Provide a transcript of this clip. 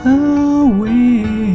away